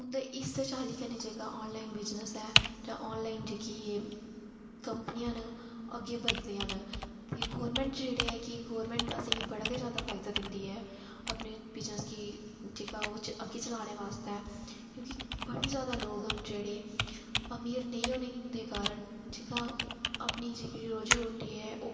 उंदा इस्सै चाल्ली कन्नै जेह्का ऑनलाइन बिज़नेस ऐ जां ऑनलाइन जेह्कियां एह् कंपनियां न एह् अग्गै बध दियां न ते गौरमेंट जेह्ड़ा ऐ गौरमेंट असेंगी बड़ा गै फायदा दिंदी ऐ अपने बिज़नेस गी जेह्का ओह् अग्गें चलाने आस्तै क्योंकि बड़े जादा लोक न जेह्ड़े अमीर नेईं होनें दे कारण जेह्का अपनी जेह्की रोज़ी रोटी ऐ ओह्